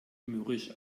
mürrisch